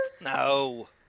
No